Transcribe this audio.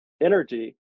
energy